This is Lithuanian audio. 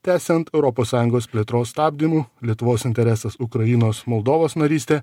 tęsiant europos sąjungos plėtros stabdymu lietuvos interesas ukrainos moldovos narystę